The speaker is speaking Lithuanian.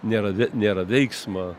nėra nėra veiksmo